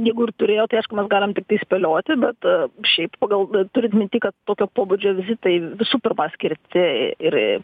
jeigu ir turėjo tai aišku mes galim tiktai spėlioti bet šiaip pagal turint minty kad tokio pobūdžio vizitai visų pirma skirti ir